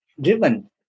driven